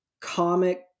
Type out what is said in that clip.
comic